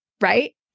Right